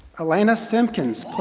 elena simpkins,